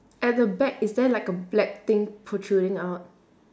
at the back is there like a black thing protruding out